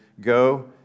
Go